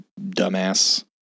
dumbass